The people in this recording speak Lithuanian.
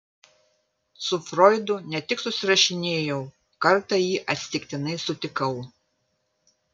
su froidu ne tik susirašinėjau kartą jį atsitiktinai sutikau